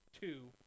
two